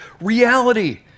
reality